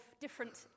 different